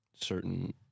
certain